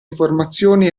informazioni